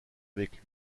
avec